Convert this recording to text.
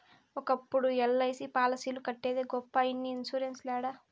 ఒకప్పుడు ఎల్.ఐ.సి పాలసీలు కట్టేదే గొప్ప ఇన్ని ఇన్సూరెన్స్ లేడ